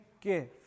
give